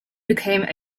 became